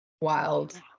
Wild